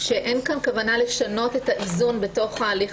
שאין כאן כוונה לשנות את האיזון בתוך ההליך